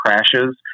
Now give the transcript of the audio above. Crashes